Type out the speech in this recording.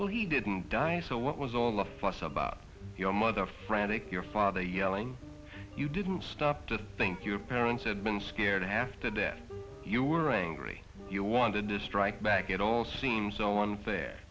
well he didn't die so what was all the fuss about your mother frantic your father yelling you didn't stop to think your parents had been scared half to death you were angry you wanted to strike back it all seems so unfair